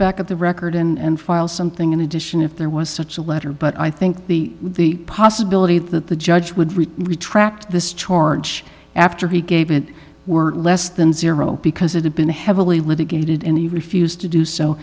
back at the record and file something in addition if there was such a letter but i think the the possibility that the judge would retract this charge after he gave it were less than zero because it had been heavily litigated in the refused to do so